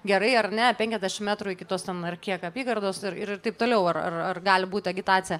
gerai ar ne penkiasdešim metrų iki tos ten ar kiek apygardos ir ir taip toliau ar ar ar gali būti agitacija